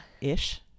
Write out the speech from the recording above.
Ish